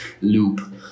loop